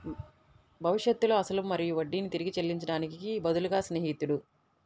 భవిష్యత్తులో అసలు మరియు వడ్డీని తిరిగి చెల్లించడానికి బదులుగా స్నేహితుడు